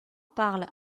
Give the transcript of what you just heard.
parle